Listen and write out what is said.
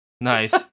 Nice